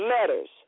letters